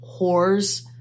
whores